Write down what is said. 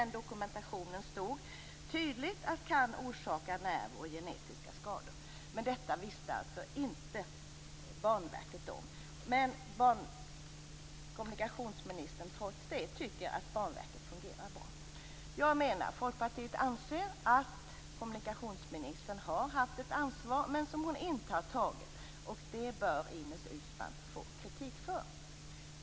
I dokumentationen stod det nämligen tydligt att medlet kunde orsaka nervskador och genetiska skador. Men detta visste alltså inte Banverket. Kommunikationsministern tycker trots det att Banverket fungerar bra. Jag menar och Folkpartiet anser att kommunikationsministern har haft ett ansvar som hon inte har tagit. Det bör Ines Uusmann få kritik för.